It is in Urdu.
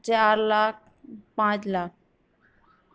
چار لاکھ پانچ لاکھ